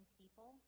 people